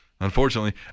Unfortunately